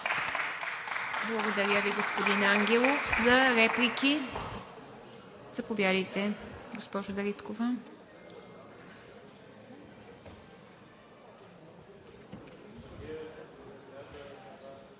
Благодаря Ви, господин Ангелов. За реплики? Заповядайте, госпожо Дариткова.